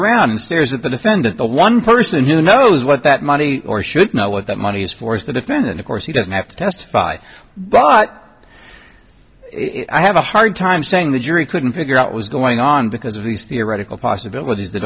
around and stares at the defendant the one person who knows what that money or should know what that money is for is the defendant of course he doesn't have to testify but i have a hard time saying the jury couldn't figure out was going on because of these theoretical possibilities that